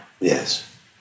Yes